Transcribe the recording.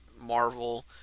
Marvel